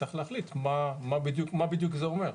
צריך להחליט מה בדיוק זה אומר.